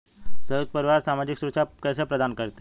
संयुक्त परिवार सामाजिक सुरक्षा कैसे प्रदान करते हैं?